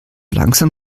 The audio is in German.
langsam